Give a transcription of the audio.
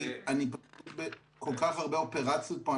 כי אני בכל כך הרבה אופרציות פה.